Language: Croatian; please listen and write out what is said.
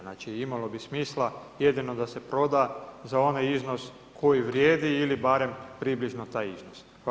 Znači, imalo bi smisla jedino da se proda za onaj iznos koji vrijedi ili barem priblično taj iznos.